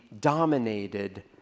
dominated